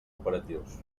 operatius